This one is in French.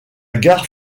gare